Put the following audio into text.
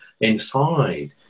inside